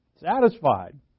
Satisfied